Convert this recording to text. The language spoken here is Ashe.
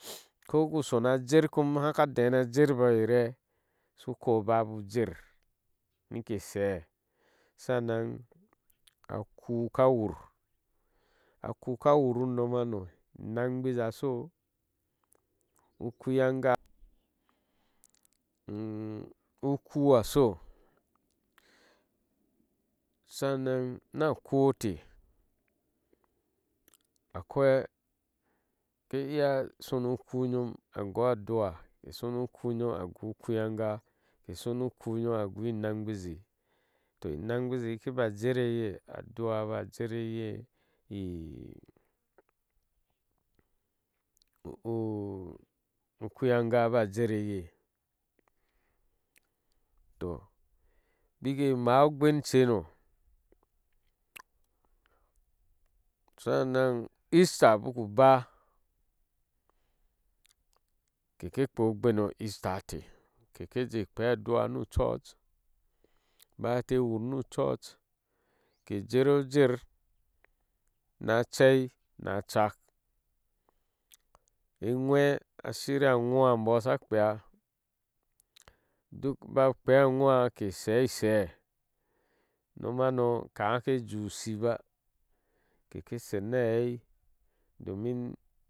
Ko ku sona ajer kom haka dena na jer bo e ire so koba bu jera nike shee sananan akuú ka wur akuu ka wur unom ma ŋo inghbizi a sho ukuyanga u kuu asho sannan, na kuu atech a koi keiya sonu uku nyom a gona adua ukuu nyom agonu ukuyanga ukuyom a goni inangbi zi th inagbizi kiba jer eye adu ba jer eye ukuyanga ba jer eye toh bike mah ogben cheno saman ista baku baa keke kpeeá ogben o ista teh kekeh kpea adwua nu u church bayan eteh wur na church ke jer ajer na ache na achalk a ŋwɛi a shirya a gwa e booh sha kpeea duk ba kpeea əduwaa ke she ishee nom hano ke hake jejir ushi ba keke sher ni aheei domin.